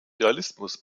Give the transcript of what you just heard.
realismus